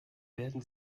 werden